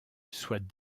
soient